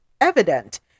evident